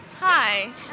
Hi